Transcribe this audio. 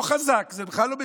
או חזק, זה בכלל לא משנה,